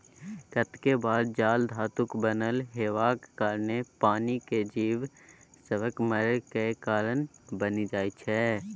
कतेक बेर जाल धातुक बनल हेबाक कारणेँ पानिक जीब सभक मरय केर कारण बनि जाइ छै